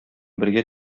бергә